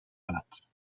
gelats